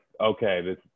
okay